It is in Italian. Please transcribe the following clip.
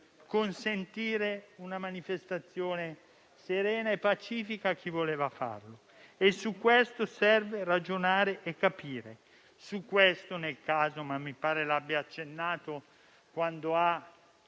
consentire una manifestazione serena e pacifica a chi voleva farla. Su questo serve ragionare e capire. Su questo, mi pare l'abbia accennato quando ha